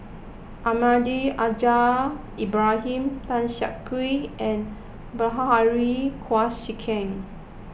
Almahdi Al Haj Ibrahim Tan Siak Kew and Bilahari Kausikan